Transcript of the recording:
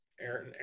Aaron